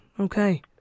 Okay